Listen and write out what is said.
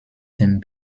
dem